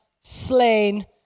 slain